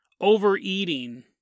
overeating